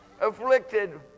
Afflicted